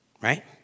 right